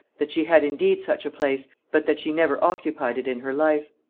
that she had indeed such a place, but that she never occupied it in her life,